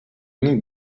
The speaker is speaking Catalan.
nit